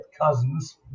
cousins